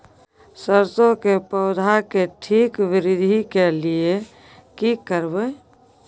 सरसो के पौधा के ठीक वृद्धि के लिये की करबै?